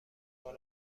چراغ